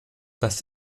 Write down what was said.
das